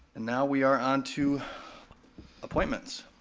and now we are onto appointments.